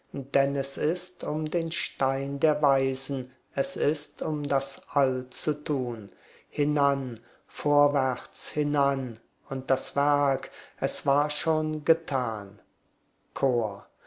denn es ist um den stein der weisen es ist um das all zu tun hinan vorwärts hinan und das werk es war schon getan chor